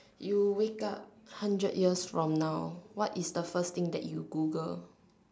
you wake up hundred years from now what is the first thing that you Google